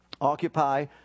occupy